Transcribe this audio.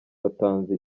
watanze